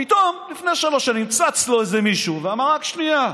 פתאום לפני שלוש שנים צץ לו איזה מישהו ואמר: רק שנייה,